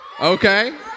Okay